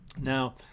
Now